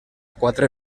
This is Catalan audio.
quatre